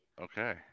Okay